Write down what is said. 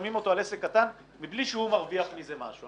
ששמים אותו על עסק קטן מבלי שהוא מרוויח מזה משהו.